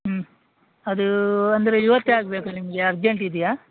ಹ್ಞೂ ಅದೂ ಅಂದರೆ ಇವತ್ತೇ ಆಗಬೇಕಾ ನಿಮಗೆ ಅರ್ಜೆಂಟ್ ಇದೆಯಾ